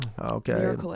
okay